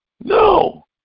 No